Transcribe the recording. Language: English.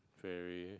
failure